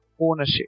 ownership